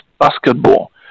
basketball